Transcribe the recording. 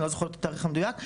אני לא זוכרת את התאריך המדויק,